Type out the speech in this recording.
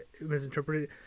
misinterpreted